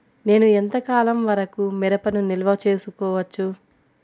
నేను ఎంత కాలం వరకు మిరపను నిల్వ చేసుకోవచ్చు?